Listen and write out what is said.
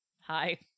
hi